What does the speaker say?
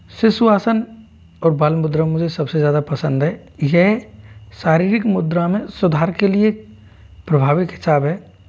शिशु आसन और बाल मुद्रा मुझे सबसे ज़्यादा पसंद है यह शारीरिक मुद्रा में सुधार के लिए प्रभावी खिचाव है